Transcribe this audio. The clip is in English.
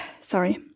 sorry